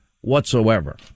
whatsoever